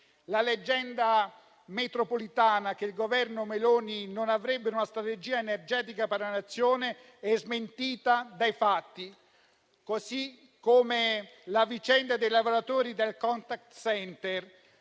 La leggenda metropolitana che il Governo Meloni non avrebbe una strategia energetica per la Nazione è dunque smentita dai fatti, così come la vicenda dei lavoratori del *contact center*.